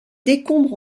décombres